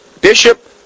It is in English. Bishop